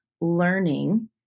learning